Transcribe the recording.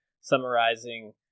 summarizing